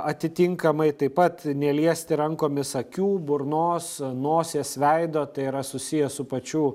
atitinkamai taip pat neliesti rankomis akių burnos nosies veido tai yra susiję su pačių